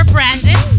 Brandon